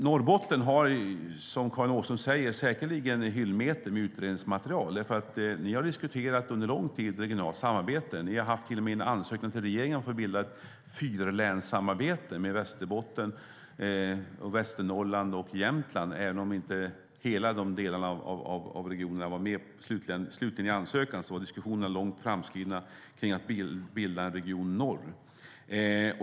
Norrbotten har, som Karin Åström säger, säkerligen hyllmeter med utredningsmaterial. Ni har under lång tid diskuterat regionalt samarbete. Ni har till och med skickat in en ansökan till regeringen om att få bilda ett fyrlänssamarbete med Västerbotten, Västernorrland och Jämtland. Även om inte alla de delarna av regionerna var med i den slutliga ansökan var diskussionerna långt framskridna om att bilda en Region Norr.